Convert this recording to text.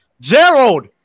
Gerald